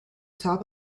top